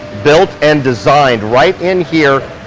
built and designed right in here.